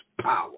power